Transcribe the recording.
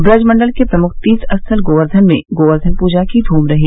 ब्रज मंडल के प्रमुख तीर्थ स्थल गोवेर्धन में गोवेर्धन पूजा की धूम रही